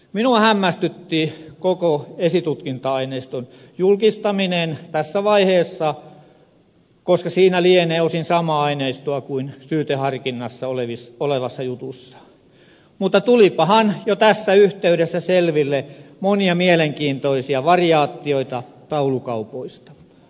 minua hämmästytti koko esitutkinta aineiston julkistaminen tässä vaiheessa koska siinä lienee osin samaa aineistoa kuin syyteharkinnassa olevassa jutussa mutta tulipahan jo tässä yhteydessä selville monia mielenkiintoisia variaatioita taulukaupoista